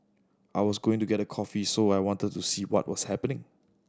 I was going to get a coffee so I wanted to see what was happening